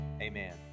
Amen